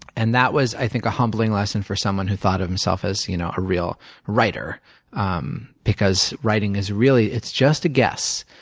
and that was, i think, a humbling lesson for someone who thought of himself as you know a real writer um because writing is really, it's just a guess.